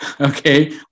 okay